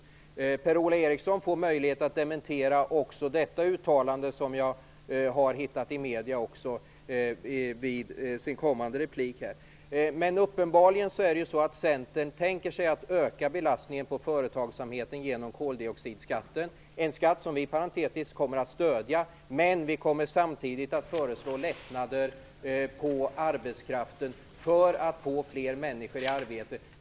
Per-Ola Eriksson får i sin kommande replik möjlighet att dementera också detta uttalande, som jag också har hittat i medierna. Men det är uppenbarligen så att Centern tänker sig att öka belastningen på företagsamheten genom koldioxidskatten - en skatt som jag parentetiskt kan nämna att vi kommer att stödja, samtidigt som vi kommer att föreslå lättnader för arbetskraften för att få fler människor i arbete.